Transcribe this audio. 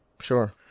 Sure